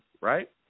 right